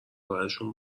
برشون